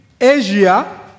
Asia